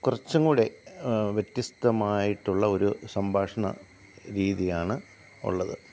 കുറച്ചും കൂടി വ്യത്യസ്തമായിട്ടുള്ള ഒരു സംഭാഷണ രീതിയാണ് ഉള്ളത്